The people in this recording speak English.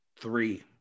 Three